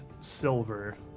silver